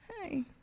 Hey